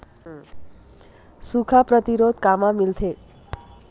सुखा प्रतिरोध कामा मिलथे?